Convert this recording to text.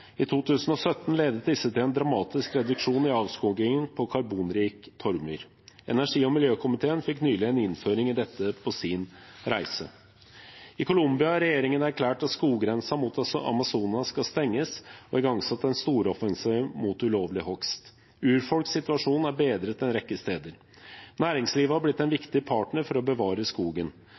I 2017 ledet disse til en dramatisk reduksjon i avskogingen av karbonrik torvmyr. Energi- og miljøkomiteen fikk nylig en innføring i dette på sin reise. I Colombia har regjeringen erklært at skoggrensen mot Amazonas skal stenges, og igangsatt en storoffensiv mot ulovlig hogst. Urfolkssituasjonen er bedret en rekke steder. Næringslivet har blitt en viktig partner for å bevare skogen.